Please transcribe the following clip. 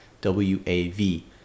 W-A-V